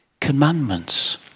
Commandments